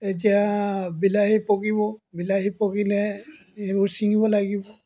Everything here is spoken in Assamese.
এতিয়া বিলাহী পকিব বিলাহী পকিলে সেইবোৰ ছিঙিব লাগিব